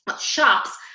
shops